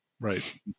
Right